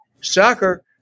Soccer